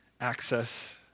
Access